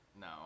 No